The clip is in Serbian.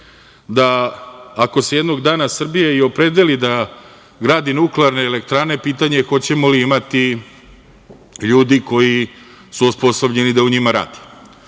da, ako se jednog dana Srbija i opredeli da gradi nuklearne elektrane, pitanje je hoćemo li imati ljudi koji su osposobljeni da u njima rade.